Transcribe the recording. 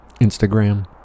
Instagram